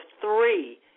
three